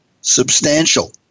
substantial